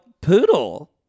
Poodle